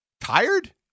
Tired